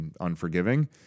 unforgiving